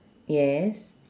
yes